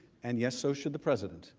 and yeah so should the present.